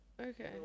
Okay